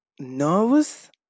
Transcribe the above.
nervous